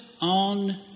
on